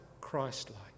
Christ-like